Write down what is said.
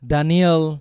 Daniel